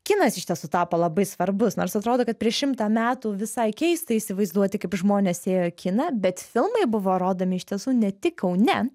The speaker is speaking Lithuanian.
kinas iš tiesų tapo labai svarbus nors atrodo kad prieš šimtą metų visai keista įsivaizduoti kaip žmonės ėjo į kiną bet filmai buvo rodomi iš tiesų ne tik kaune